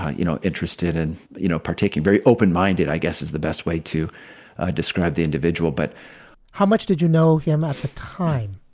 you know, interested in, you know, partaking very open minded, i guess is the best way to describe the individual. but how much did you know him at the time?